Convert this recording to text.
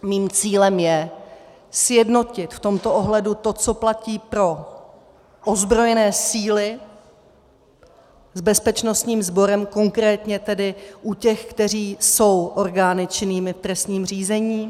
Mým cílem je sjednotit v tomto ohledu to, co platí pro ozbrojené síly, s bezpečnostním sborem, konkrétně tedy u těch, kteří jsou orgány činnými v trestním řízení.